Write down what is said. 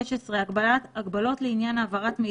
הגבלות לעניין16.